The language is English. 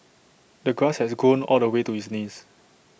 the grass had grown all the way to his knees